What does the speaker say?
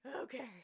Okay